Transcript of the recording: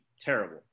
terrible